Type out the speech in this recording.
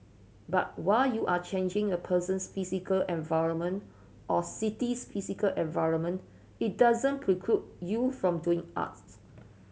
but while you are changing a person's physical environment or city's physical environment it doesn't preclude you from doing art